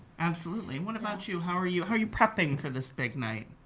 absolutely. what about you? how are you how are you prepping for this big night?